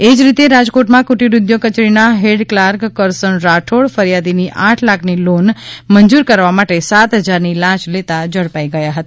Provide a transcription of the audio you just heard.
એ જ રીતે રાજકોટમાં કુટિર ઉદ્યોગ કચેરીના હેડ કલાર્ક કરસન રાઠોડ ફરિયાદીની આઠ લાખની લોન મંજૂર કરવા માટે સાત હજારની લાંચ લેતાં ઝડપાઈ ગયા હતા